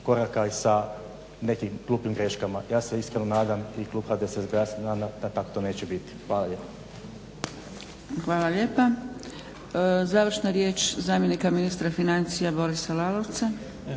koraka i sa nekim glupim greškama, ja se iskreno nadam i klub HDSSB-a se nada da tako to neće biti. Hvala lijepo. **Zgrebec, Dragica (SDP)** Završna riječ zamjenika ministra financija Borisa Lalovca.